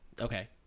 Okay